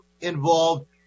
involved